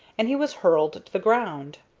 and he was hurled to the ground.